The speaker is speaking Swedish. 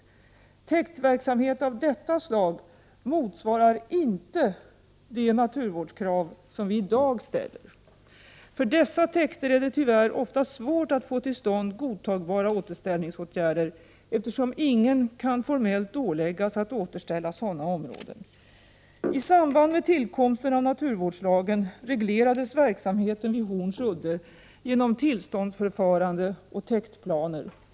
Täktverksamhet av detta slag motsvarar inte de naturvårdskrav som vi i dag ställer. För dessa täkter är det tyvärr ofta svårt att få till stånd godtagbara återställningsåtgärder, eftersom ingen kan formellt åläggas att återställa sådana områden. I samband med tillkomsten av naturvårdslagen reglerades verksamheten vid Horns udde genom tillståndsförfarande och täktplaner.